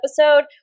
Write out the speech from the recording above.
episode